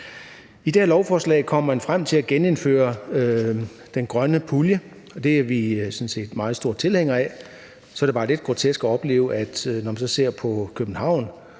I det her lovforslag kommer man frem til at genindføre den grønne pulje, og det er vi sådan set meget store tilhængere af. Så er det bare lidt grotesk at opleve, når man så ser på København